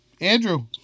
Andrew